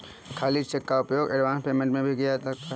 खाली चेक का उपयोग एडवांस पेमेंट में भी किया जाता है